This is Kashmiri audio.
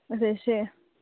أسۍ حَظ شےٚ